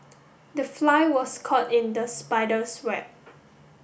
the fly was caught in the spider's web